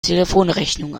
telefonrechnung